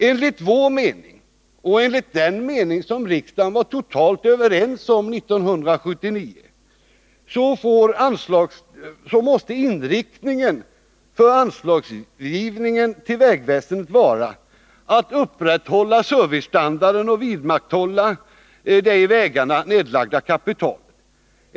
Enligt vår mening, och enligt den mening som riksdagen var totalt överens om 1979, måste inriktningen på anslagsgivningen till vägväsendet vara att upprätthålla den nuvarande servicestandarden och vidmakthålla det i vägarna nedlagda kapitalet.